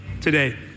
today